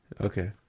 Okay